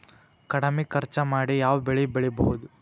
ಕಡಮಿ ಖರ್ಚ ಮಾಡಿ ಯಾವ್ ಬೆಳಿ ಬೆಳಿಬೋದ್?